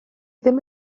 ddim